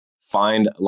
find